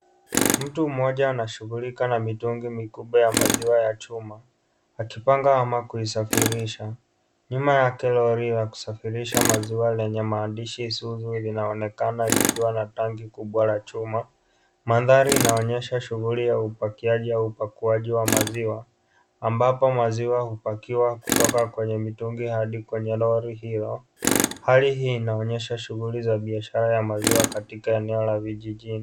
Mtu mmoja anashughulika na mitungi mikubwa ya maziwa ya chuma akiapanga au kuisafirisha. Nyuma yake lori la kusafirisha maziwa lenye maandishi isuzu linaonekana likiwa na tanki kubwa la chuma. Mandhari inaonyesha shughuli ya upakaji au apakuaji wa maziwa ambapo maziwa hupakiwa kutoka kwenye mitungi hadi kwenye lori hilo. Hali hii inaonyesha shughuli za biashara ya maziwa katika eneo la vijijini.